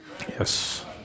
Yes